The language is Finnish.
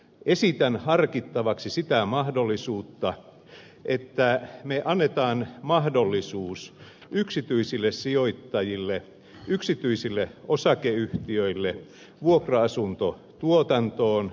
esitän harkittavaksi sitä mahdollisuutta että me annamme mahdollisuuden yksityisille sijoittajille yksityisille osakeyhtiöille vuokra asuntotuotantoon